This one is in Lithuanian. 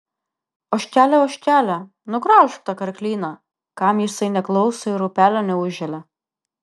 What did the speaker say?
ožkele ožkele nugraužk tą karklyną kam jisai neklauso ir upelio neužželia